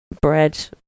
bread